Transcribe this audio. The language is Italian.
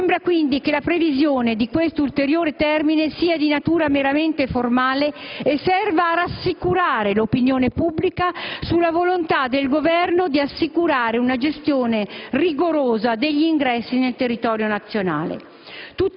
sembra quindi che la previsione di questo ulteriore termine sia di natura meramente formale e serva a rassicurare l'opinione pubblica sulla volontà del Governo di assicurare una gestione rigorosa degli ingressi nel territorio nazionale.